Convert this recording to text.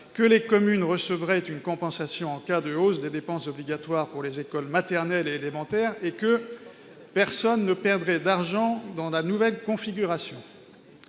que les communes recevraient une compensation en cas de hausse des dépenses obligatoires pour les écoles maternelles et élémentaires et que « personne ne perdrait d'argent dans la nouvelle configuration